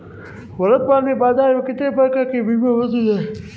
वर्तमान में बाज़ार में कितने प्रकार के बीमा मौजूद हैं?